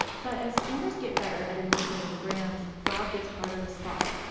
but as scammers get better at impersonating brands, fraud gets harder to spot.